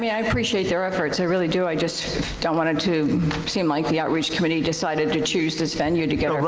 mean, i appreciate their efforts, i really do. i just don't want it to seem like the outreach committee decided to choose this venue to get